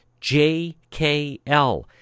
JKL